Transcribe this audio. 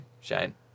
Shane